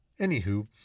Anywho